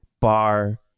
bar